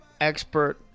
expert